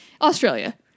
Australia